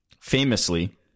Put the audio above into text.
Famously